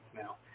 now